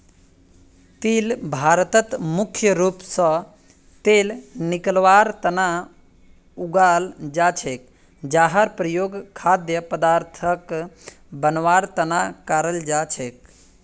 तिल भारतत मुख्य रूप स तेल निकलवार तना उगाल जा छेक जहार प्रयोग खाद्य पदार्थक बनवार तना कराल जा छेक